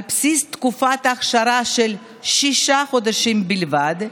על בסיס תקופת אכשרה של שישה חודשים בלבד,